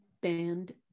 Band